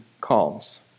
calms